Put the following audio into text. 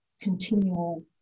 continual